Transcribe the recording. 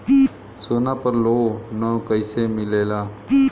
सोना पर loan कइसे मिलेला?